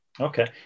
okay